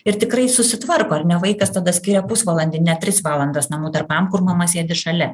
ir tikrai susitvarko ar ne vaikas tada skiria pusvalandį ne tris valandas namų darbam kur mama sėdi šalia